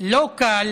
לא קל